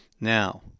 Now